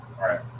right